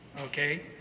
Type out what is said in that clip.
okay